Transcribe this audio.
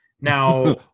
now